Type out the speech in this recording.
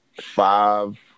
five